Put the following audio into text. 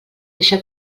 deixe